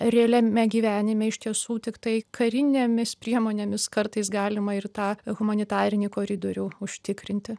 realiame gyvenime iš tiesų tiktai karinėmis priemonėmis kartais galima ir tą humanitarinį koridorių užtikrinti